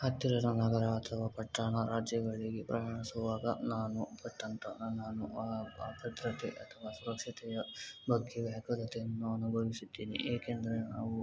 ಹತ್ತಿರದ ನಗರ ಅಥವಾ ಪಟ್ಟಣ ರಾಜ್ಯಗಳಿಗೆ ಪ್ರಯಾಣಿಸುವಾಗ ನಾನು ಪಟ್ಟಂಥ ನಾನು ಆ ಅಭದ್ರತೆ ಅಥವಾ ಸುರಕ್ಷತೆಯ ಬಗ್ಗೆ ವ್ಯಾಕುಲತೆಯನ್ನು ಅನುಭವಿಸಿದ್ದೇನೆ ಏಕೆಂದರೆ ಅವು